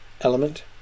element